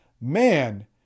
man